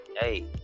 hey